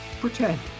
Pretend